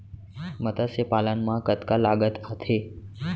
मतस्य पालन मा कतका लागत आथे?